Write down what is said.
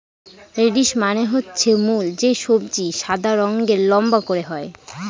radish মানে হচ্ছে মূল যে সবজি সাদা রঙের লম্বা করে হয়